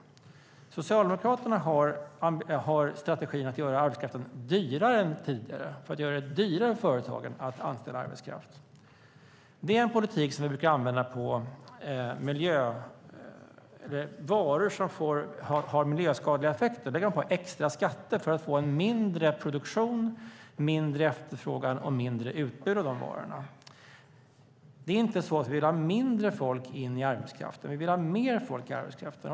Socialdemokraterna har strategin att göra arbetskraften dyrare än tidigare, att göra det dyrare för företagen att anställa arbetskraft. Det är en politik som vi brukar använda för varor som har miljöskadliga effekter, där man lägger på extra skatter för att få mindre produktion, mindre efterfrågan och mindre utbud av de varorna. Det är inte så att vi vill ha mindre folk in i arbetskraften. Vi vill ha mer folk i arbetskraften.